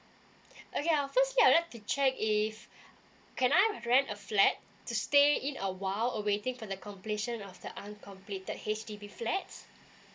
okay uh firstly I would like to check if I can I rent a flat to stay in a while waiting for the completion of the uncompleted H_D_B flats